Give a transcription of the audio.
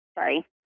sorry